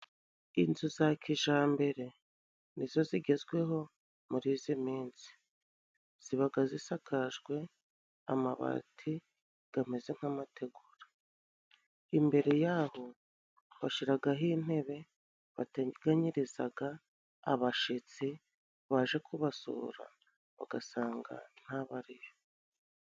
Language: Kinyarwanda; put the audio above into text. Inzu za kijambere nizo zigezweho muri izi minsi, zibaga zisakajwe amabati gameze nk'amategura, imbere yaho bashyiragaho intebe bateganyirizaga abashitsi baje kubasura bagasanga ntabariyo.